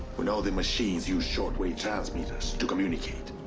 we know the machines use short-wave transmitters to communicate.